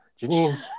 Janine